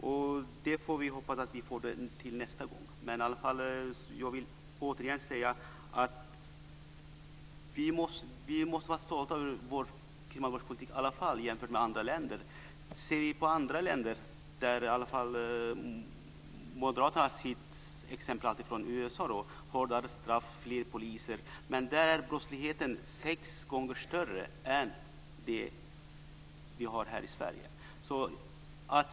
Vi får hoppas att vi får det nästa gång. Jag vill återigen säga att vi måste vara stolta över vår kriminalvårdspolitik jämfört med andra länders. Moderaterna hämtar alltid exempel från USA. Där finns hårdare straff och fler poliser. Men där är brottsligheten sex gånger större än här i Sverige.